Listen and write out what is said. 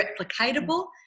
replicatable